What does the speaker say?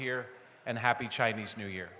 here and happy chinese new year